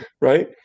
right